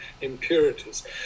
impurities